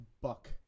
Buck